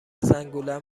زنگولم